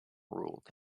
ruled